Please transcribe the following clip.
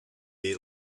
eat